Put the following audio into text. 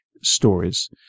stories